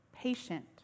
Patient